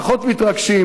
פחות מתרגשים.